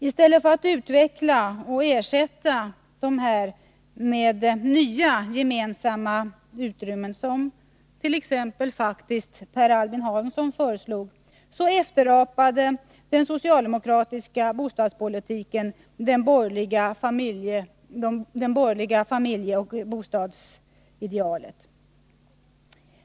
I stället för att utveckla och ersätta dessa med nya gemensamma utrymmen, som faktiskt t.ex. Per Albin Hansson föreslog, efterapade den socialdemokratiska bostadspolitiken de borgerliga familjeoch bostadsidealen.